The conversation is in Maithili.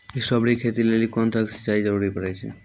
स्ट्रॉबेरी के खेती लेली कोंन तरह के सिंचाई के जरूरी पड़े छै?